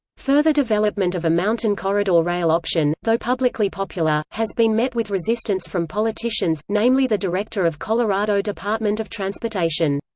further development of a mountain corridor rail option, though publicly popular, has been met with resistance from politicians, namely the director of colorado department of transportation.